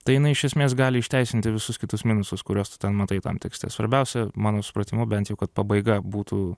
tai jinai iš esmės gali išteisinti visus kitus minusus kuriuos tu ten matai tam tekste svarbiausia mano supratimu bent jau kad pabaiga būtų